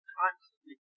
constantly